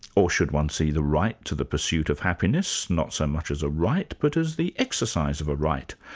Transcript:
or should one see the right to the pursuit of happiness, not so much as a right but as the exercise of a right.